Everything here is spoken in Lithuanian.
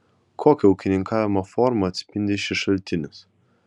kokią ūkininkavimo formą atspindi šis šaltinis